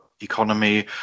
economy